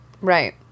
Right